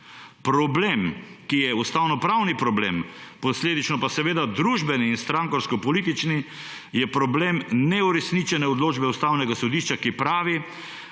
Problem, ki je ustavnopravni problem, posledično pa seveda družbeni in strankarskopolitični, je problem neuresničene odločbe Ustavnega sodišča, ki pravi,